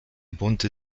bunte